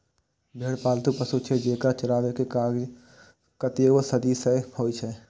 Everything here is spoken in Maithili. भेड़ पालतु पशु छियै, जेकरा चराबै के काज कतेको सदी सं होइ छै